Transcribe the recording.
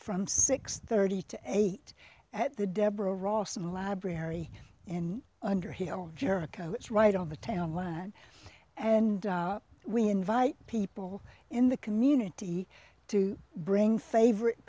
from six thirty to eight at the deborah roffman library in underhill jericho it's right on the town line and we invite people in the community to bring favorite